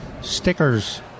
stickers